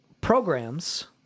programs